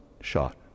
shot